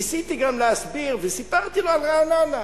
ניסיתי גם להסביר, וסיפרתי לו על רעננה: